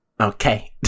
Okay